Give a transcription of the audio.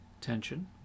tension